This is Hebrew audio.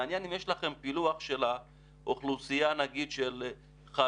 מעניין אם יש לכם פילוח של האוכלוסייה נגיד של חרדים,